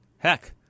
Heck